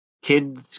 Kids